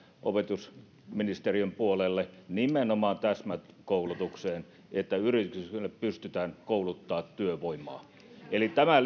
opetusministeriön puolelle nimenomaan täsmäkoulutukseen että yrityksille pystytään kouluttamaan työvoimaa tämä